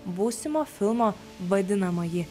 būsimo filmo vadinamąjį